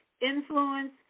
influence